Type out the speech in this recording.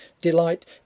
Delight